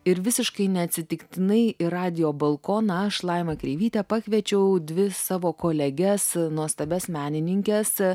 ir visiškai neatsitiktinai į radijo balkoną aš laima kreivytė pakviečiau dvi savo koleges nuostabias menininkes